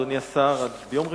אדוני השר, ביום רביעי,